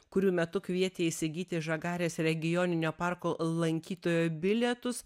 kurių metu kvietė įsigyti žagarės regioninio parko lankytojo bilietus